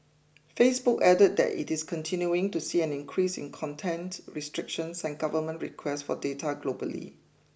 Facebook added that it is continuing to see an increase in content restrictions and government requests for data globally